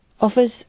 offers